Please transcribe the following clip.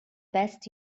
best